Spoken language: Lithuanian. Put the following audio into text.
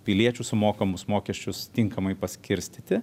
piliečių sumokamus mokesčius tinkamai paskirstyti